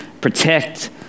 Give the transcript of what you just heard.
protect